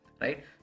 Right